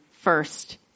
first